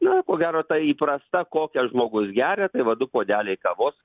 na ko gero ta įprasta kokią žmogus geria tai va du puodeliai kavos